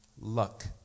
luck